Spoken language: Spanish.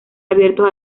abiertos